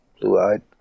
blue-eyed